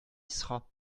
sera